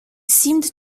seemed